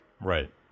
right